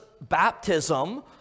baptism